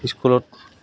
স্কুলত